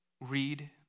Read